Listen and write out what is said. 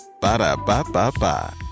Ba-da-ba-ba-ba